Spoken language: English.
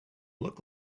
look